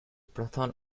proton